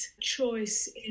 choice